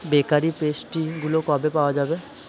bakery pastry এগুলো কবে পাওয়া যাবে